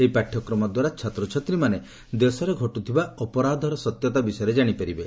ଏହି ପାଠ୍ୟକ୍ରମ ଦ୍ୱାରା ଛାତ୍ରଛାତ୍ରୀମାନେ ଦେଶରେ ଘଟୁଥିବା ଅପରାଧର ସତ୍ୟତା ବିଷୟରେ ଜାଶିପାରିବେ